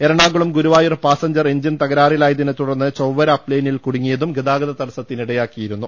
Ernakulam Guruvayur passenger engine തകരാറിലായതിനെ തുടർന്ന് Chowara up ലൈനിൽ കുടുങ്ങിയതും ഗതാഗത തടസ്സത്തിനിടയാക്കിരുന്നു